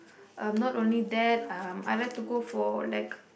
um not only that um I like to go for like